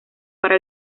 para